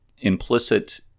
implicit